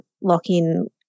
lock-in